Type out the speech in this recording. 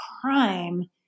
crime